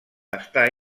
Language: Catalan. està